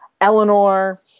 Eleanor